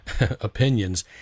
opinions